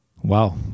Wow